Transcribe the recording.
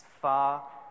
far